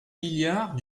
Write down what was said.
milliards